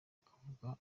akavuga